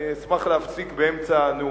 אני אשמח להפסיק באמצע נאומי.